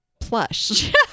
plush